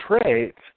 traits